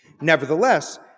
Nevertheless